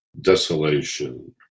desolation